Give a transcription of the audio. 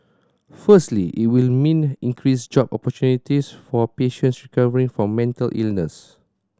firstly it will mean increased job opportunities for patients recovering from mental illness